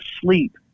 sleep